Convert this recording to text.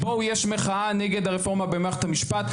בואו יש מחאה נגד הרפורמה במערכת המשפט,